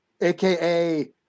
aka